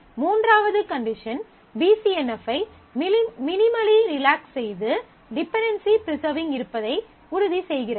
எனவே மூன்றாவது condition P C N F ஐ மினிமலி ரிலாக்ஸ் செய்து டிபென்டென்சி ப்ரிசர்விங் இருப்பதை உறுதிசெய்கிறது